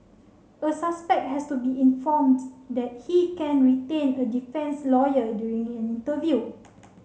a suspect has to be informed that he can retain a defence lawyer during an interview